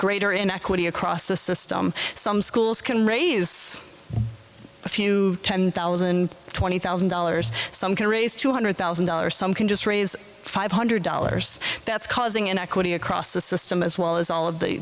greater inequity across the system some schools can raise a few ten thousand twenty thousand dollars some can raise two hundred thousand dollars some can just raise five hundred dollars that's causing an equity across the system as well as all of the